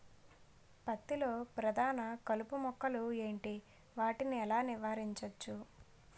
పత్తి లో ప్రధాన కలుపు మొక్కలు ఎంటి? వాటిని ఎలా నీవారించచ్చు?